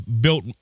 built